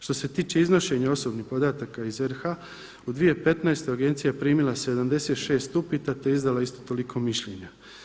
Što se tiče iznošenja osobnih podataka iz RH u 2015. agencija je primila 76 upita te izdala isto toliko mišljenja.